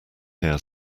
here